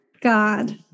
god